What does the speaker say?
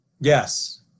Yes